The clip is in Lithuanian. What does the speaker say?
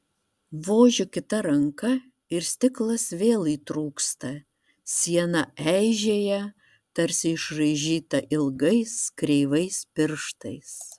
vožiu kita ranka ir stiklas vėl įtrūksta siena eižėja tarsi išraižyta ilgais kreivais pirštais